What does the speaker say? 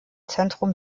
zentrum